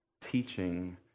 teaching